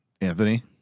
Anthony